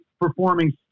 performing